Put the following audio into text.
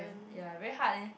ya very hard leh